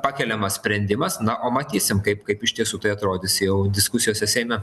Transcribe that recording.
pakeliamas sprendimas na o matysim kaip kaip iš tiesų tai atrodys jau diskusijose seime